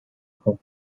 hook